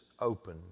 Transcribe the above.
open